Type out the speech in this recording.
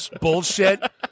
bullshit